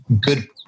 good